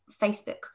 facebook